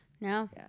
No